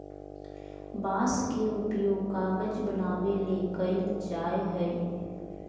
बांस के उपयोग कागज बनावे ले कइल जाय हइ